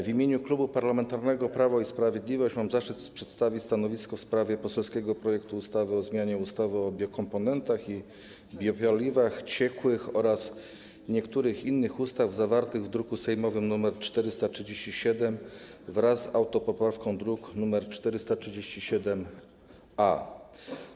W imieniu Klubu Parlamentarnego Prawo i Sprawiedliwość mam zaszczyt przedstawić stanowisko w sprawie poselskiego projektu ustawy o zmianie ustawy o biokomponentach i biopaliwach ciekłych oraz niektórych innych ustaw, zawartego w druku sejmowym nr 437, wraz z autopoprawką, druk nr 437-A.